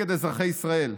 נגד אזרחי ישראל.